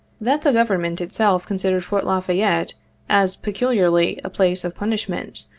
that the government itself considered fort la fayette as peculiarly a place of punishment,